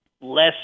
less